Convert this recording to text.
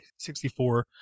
64